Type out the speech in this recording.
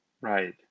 Right